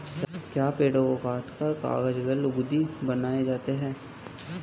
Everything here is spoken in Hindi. क्या पेड़ों को काटकर कागज व लुगदी बनाए जाते हैं?